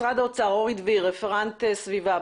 משרד האוצר, אורי דביר, רפרנט סביבה,